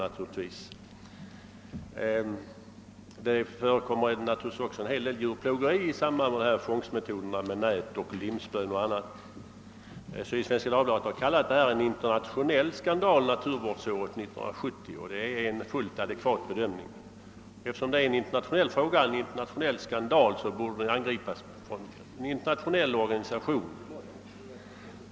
De fångstmetoder som används, t.ex. nät och limspö, innebär naturligtvis också ett stort djurplågeri. Sydsvenska Dagbladet har kallat jakten på småfågel för en internationell skandal naturvårdsåret 1970, och det är en fullt adekvat benämning. Eftersom detta är en internationell fråga och en internationell skandal borde den också angripas av en internationell organisation.